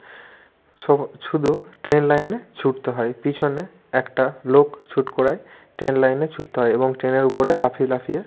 শু শুধু ট্রেন লাইনে ছুটতে হয় পিছনে একটা লোক ছুট করায় ট্রেন লাইনে ছুটতে হয় এবং ট্রেনের উপরে লাফিয়ে লাফিয়ে